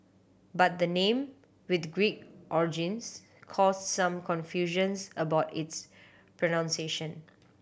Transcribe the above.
but the name with Greek origins cause some confusions about its pronunciation